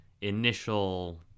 initial